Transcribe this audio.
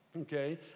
okay